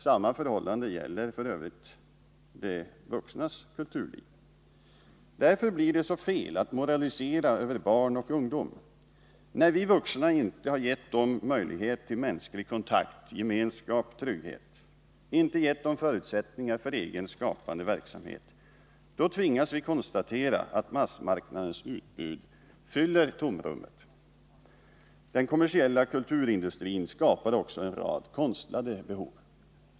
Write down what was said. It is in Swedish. Samma förhållande gäller f. ö. de vuxnas kulturliv. Därför blir det så felaktigt att moralisera över barn och ungdom. När vi vuxna inte har gett dem möjligheter till mänsklig kontakt, gemenskap, trygghet — inte gett dem förutsättningar för egen skapande verksamhet — då tvingas vi konstatera att massmarknadens utbud fyller tomrummet. Den kommersiella kulturindustrin skapar också en rad konstlade behov.